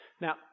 Now